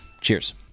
Cheers